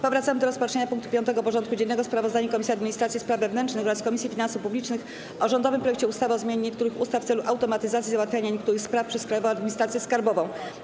Powracamy do rozpatrzenia punktu 5. porządku dziennego: Sprawozdanie Komisji Administracji i Spraw Wewnętrznych oraz Komisji Finansów Publicznych o rządowym projekcie ustawy o zmianie niektórych ustaw w celu automatyzacji załatwiania niektórych spraw przez Krajową Administrację Skarbową.